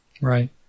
Right